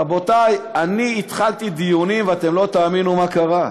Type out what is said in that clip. רבותי, אני התחלתי דיונים, ולא תאמינו מה קרה: